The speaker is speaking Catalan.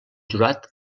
jurat